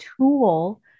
tool